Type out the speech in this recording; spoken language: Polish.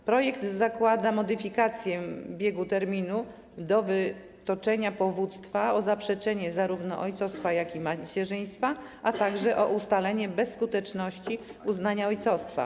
W projekcie zakłada się modyfikację biegu terminu do wytoczenia powództwa o zaprzeczenie zarówno ojcostwa, jak i macierzyństwa, a także o ustalenie bezskuteczności uznania ojcostwa.